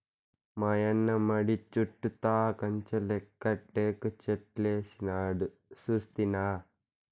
మాయన్న మడి చుట్టూతా కంచెలెక్క టేకుచెట్లేసినాడు సూస్తినా